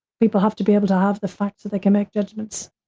people have to be able to have the facts that they can make judgments.